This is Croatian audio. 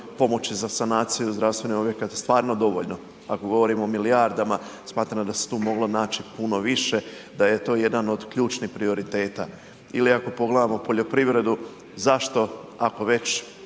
pomoći za sanaciju zdravstvenih objekata stvarno dovoljno? Ako govorimo o milijardama, smatram da se tu moglo naći puno više, da je to jedan od ključnih prioriteta. Ili ako pogledamo poljoprivredu, zašto, ako već